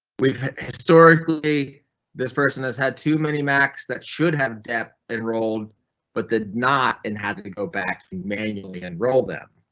we've historically this person has had too many max that should have depth enrolled but did not and had to go back to manually and roll them.